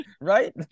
right